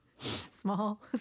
Small